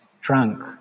drunk